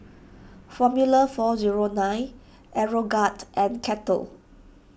formula four zero nine Aeroguard and Kettle